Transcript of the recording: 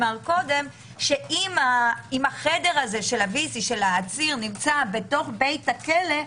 שאם החדר של העציר נמצא בתוך בית הכלא,